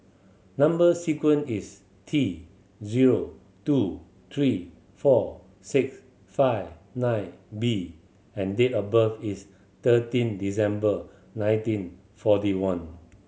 number sequence is T zero two three four six five nine B and date of birth is thirteen December nineteen forty one